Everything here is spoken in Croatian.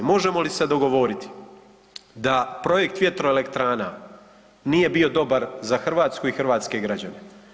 Možemo li se dogovoriti da projekt vjetroelektrana nije bio dobar za Hrvatsku i hrvatske građane.